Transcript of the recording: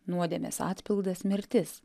nuodėmės atpildas mirtis